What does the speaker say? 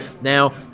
Now